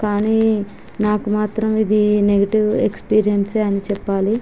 కానీ నాకు మాత్రం ఇది నెగెటివ్ ఎక్స్పీరియన్స్ అనే చెప్పాలి